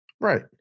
Right